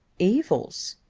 evils!